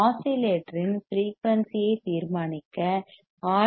ஆஸிலேட்டரின் ஃபிரெயூனிசி ஐத் தீர்மானிக்க ஆர்